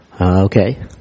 okay